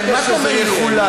למה אתה אומר לי שאין?